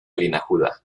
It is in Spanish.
linajuda